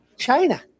China